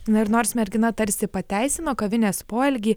na ir nors mergina tarsi pateisino kavinės poelgį